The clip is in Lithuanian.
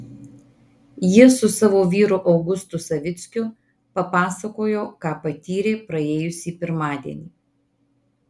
ji su savo vyru augustu savickiu papasakojo ką patyrė praėjusį pirmadienį